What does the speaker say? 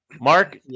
mark